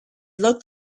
looked